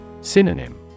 Synonym